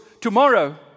tomorrow